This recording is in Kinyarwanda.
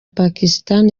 pakistan